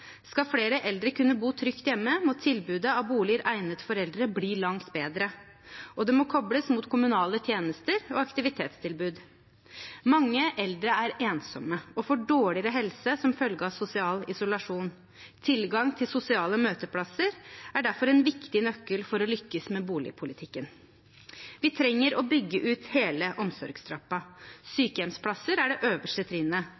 Skal flere eldre kunne bo trygt hjemme, må tilbudet av boliger egnet for eldre bli langt bedre, og det må kobles mot kommunale tjenester og aktivitetstilbud. Mange eldre er ensomme og får dårligere helse som følge av sosial isolasjon. Tilgang til sosiale møteplasser er derfor en viktig nøkkel for å lykkes med boligpolitikken. Vi trenger å bygge ut hele omsorgstrappen. Sykehjemsplasser er det øverste trinnet.